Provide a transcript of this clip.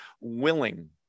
willing